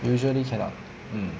usually cannot mm